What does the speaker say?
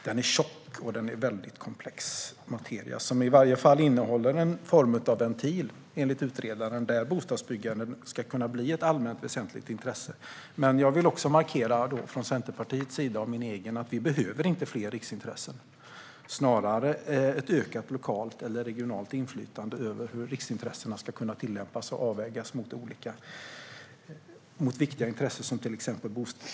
Den är tjock och väldigt komplex materia som i alla fall innehåller en form av ventil, enligt utredaren, där bostadsbyggande ska kunna bli ett allmänt väsentligt intresse. Från Centerpartiets och min egen sida vill jag dock markera att vi inte behöver fler riksintressen, snarare ett ökat lokalt eller regionalt inflytande över hur riksintressena ska kunna tillämpas och avvägas mot viktiga intressen som exempelvis bostäder.